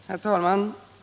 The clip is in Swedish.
Herr talman!